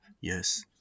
Yes